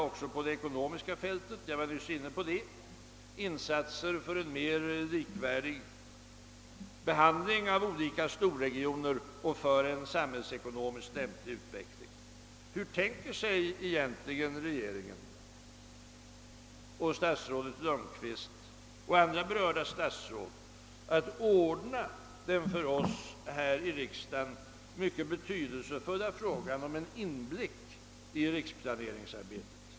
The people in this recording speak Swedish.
Också på det ekonomiska fältet måste det, såsom jag nyss berörde, göras insatser för en mer likvärdig behandling av olika storregioner och för en samhällsekonomiskt lämplig utveckling. Hur tänker sig egentligen statsrådet Lundkvist och andra berörda statsråd att ordna den för oss här i riksdagen mycket betydelsefulla inblicken i riksplaneringsarbetet?